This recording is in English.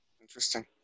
Interesting